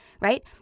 right